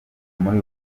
muri